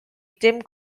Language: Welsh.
dim